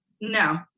no